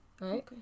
right